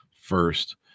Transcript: first